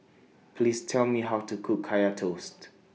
Please Tell Me How to Cook Kaya Toast